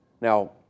Now